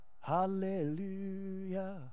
Hallelujah